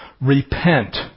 repent